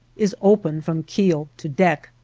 is open from keel to deck.